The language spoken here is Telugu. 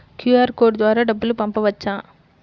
క్యూ.అర్ కోడ్ ద్వారా డబ్బులు పంపవచ్చా?